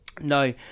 No